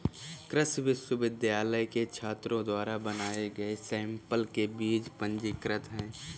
कृषि विश्वविद्यालय के छात्रों द्वारा बनाए गए सैंपल के बीज पंजीकृत हैं